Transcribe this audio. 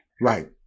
Right